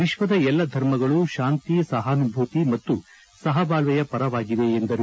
ವಿಶ್ವದ ಎಲ್ಲ ಧರ್ಮಗಳೂ ಶಾಂತಿ ಸಹಾನುಭೂತಿ ಮತ್ತು ಸಹಬಾಳ್ಲೆಯ ಪರವಾಗಿವೆ ಎಂದರು